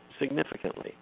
significantly